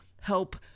help